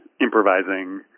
improvising